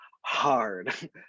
hard